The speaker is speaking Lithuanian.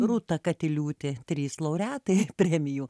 rūta katiliūtė trys laureatai premijų